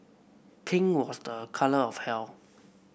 pink was a colour of health